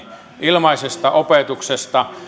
ilmaisesta opetuksesta